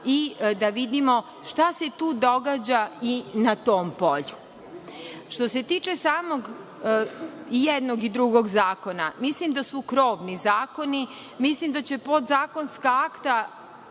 i da vidimo šta se tu događa i na tom polju. Što se tiče samog, i jednog i drugog, zakona, mislim da su krovni zakoni, mislim da će podzakonska akta